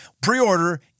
Pre-order